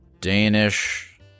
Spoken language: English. Danish